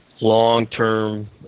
long-term